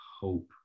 hope